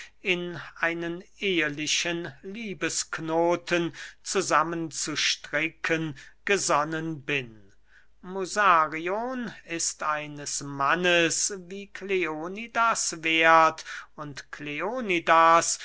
in einen ehelichen liebesknoten zusammen zu stricken gesonnen bin musarion ist eines mannes wie kleonidas werth und